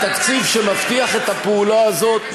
התקציב שמבטיח את הפעולה הזאת,